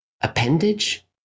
appendage